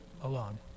alone